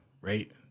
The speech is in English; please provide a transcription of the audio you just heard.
right